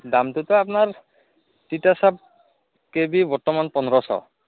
দামটোতো আপনাৰ তিতা চাপ কেবি বৰ্তমান পোন্ধৰশ